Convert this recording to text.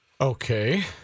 Okay